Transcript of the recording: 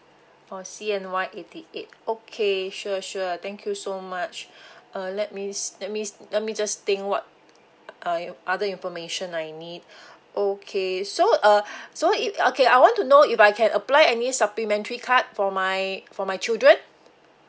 oh C_N_Y eighty eight okay sure sure thank you so much uh let me let me let me just think what uh other information I need okay so uh so it okay I want to know if I can apply any supplementary card for my for my children